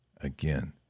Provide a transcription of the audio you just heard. Again